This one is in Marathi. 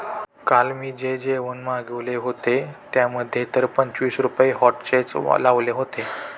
काल मी जे जेवण मागविले होते, त्यामध्ये तर पंचवीस रुपये व्हॅटचेच लावले होते